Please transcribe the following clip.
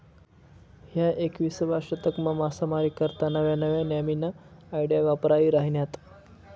ह्या एकविसावा शतकमा मासामारी करता नव्या नव्या न्यामीन्या आयडिया वापरायी राहिन्यात